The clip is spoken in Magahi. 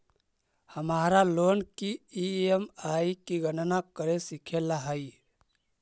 हमारा लोन की ई.एम.आई की गणना करे सीखे ला हई